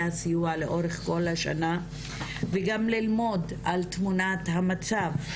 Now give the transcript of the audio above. הסיוע לאורך כל השנה וגם ללמוד על תמונת המצב.